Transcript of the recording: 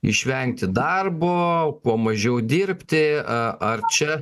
išvengti darbo kuo mažiau dirbti a ar čia